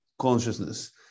consciousness